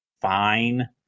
fine